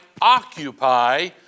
occupy